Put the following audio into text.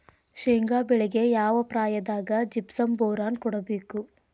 ಶೇಂಗಾ ಬೆಳೆಗೆ ಯಾವ ಪ್ರಾಯದಾಗ ಜಿಪ್ಸಂ ಬೋರಾನ್ ಕೊಡಬೇಕು?